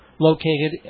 located